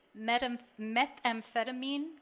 methamphetamine